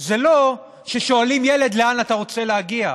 זה לא ששואלים ילד: לאן אתה רוצה להגיע,